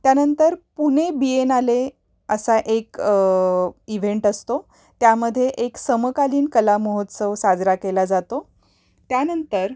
त्यानंतर पुणे बिएनाले असा एक इव्हेंट असतो त्यामध्ये एक समकालीन कलामहोत्सव साजरा केला जातो त्यानंतर